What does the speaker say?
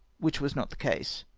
which was not the case.